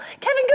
Kevin